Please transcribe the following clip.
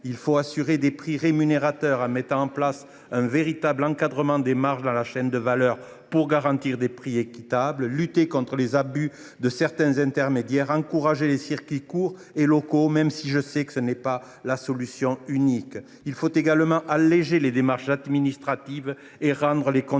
Il faut assurer des prix rémunérateurs en mettant en place un véritable encadrement des marges dans la chaîne de valeur afin de garantir des prix équitables, de lutter contre les abus de certains intermédiaires et d’encourager les circuits courts et locaux, bien que ces derniers – j’en suis conscient – ne soient pas la solution unique. Il faut également alléger les démarches administratives et rendre les contrôles